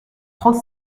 trente